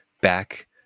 back